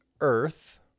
earth